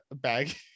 bag